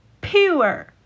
Pure